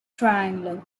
triangular